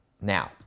Now